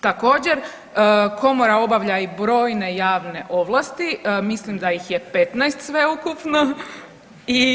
Također, komora obavlja i brojne javne ovlasti, mislim da ih je 15 sveukupno, i…